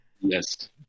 Yes